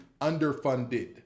underfunded